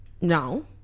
no